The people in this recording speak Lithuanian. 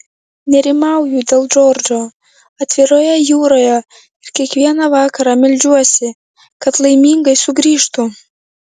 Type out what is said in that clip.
nerimauju dėl džordžo atviroje jūroje ir kiekvieną vakarą meldžiuosi kad laimingai sugrįžtų